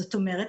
זאת אומרת,